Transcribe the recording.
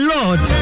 Lord